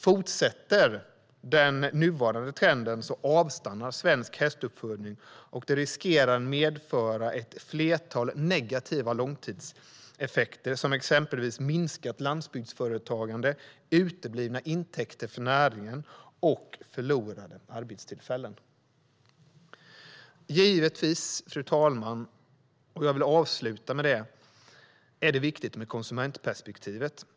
Fortsätter den nuvarande trenden avstannar svensk hästuppfödning, och det riskerar medföra ett flertal negativa långtidseffekter, som exempelvis minskat landsbygdsföretagande, uteblivna intäkter för näringen och förlorade arbetstillfällen. Givetvis, fru talman, är det viktigt med konsumentperspektivet.